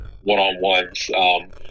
one-on-ones